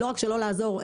לא רק שלא לעזור,